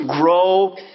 grow